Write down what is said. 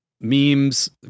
memes